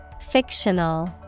Fictional